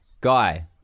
Guy